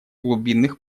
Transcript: глубинных